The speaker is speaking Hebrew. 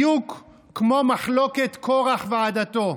בדיוק כמו מחלוקת קרח ועדתו,